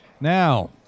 Now